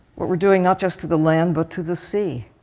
what we're doing not just to the land but to the sea,